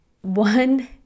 one